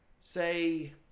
say